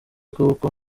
kuko